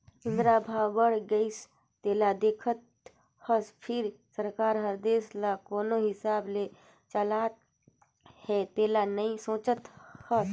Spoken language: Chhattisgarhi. इंहा भाव बड़ गइसे तेला देखत हस फिर सरकार हर देश ल कोन हिसाब ले चलात हे तेला नइ सोचत हस